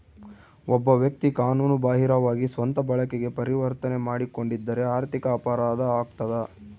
ಒಬ್ಬ ವ್ಯಕ್ತಿ ಕಾನೂನು ಬಾಹಿರವಾಗಿ ಸ್ವಂತ ಬಳಕೆಗೆ ಪರಿವರ್ತನೆ ಮಾಡಿಕೊಂಡಿದ್ದರೆ ಆರ್ಥಿಕ ಅಪರಾಧ ಆಗ್ತದ